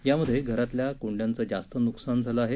यामध्ये घरातल्या कुंड्यांचं जास्त नुकसान झालं आहे